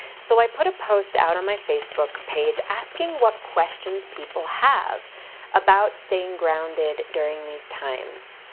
so, i put a post out on my facebook page asking what questions people have about staying grounded during these times.